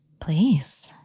Please